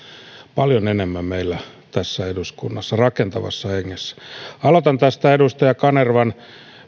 paljon enemmän meillä eduskunnassa rakentavassa hengessä aloitan tästä edustaja kanervan